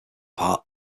part